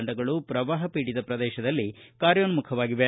ತಂಡಗಳು ಪ್ರವಾಹ ಪೀಡಿತ ಪ್ರದೇಶದಲ್ಲಿ ಕಾರ್ಯೋನ್ಮಖವಾಗಿದೆ